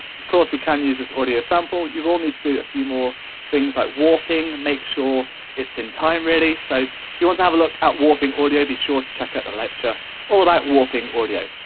of course we can use this audio sample, you will need to do a few more things like warping, make sure it's in time really, so if you want to have a look at warping audio be sure to check out the and lecture all about warping audio.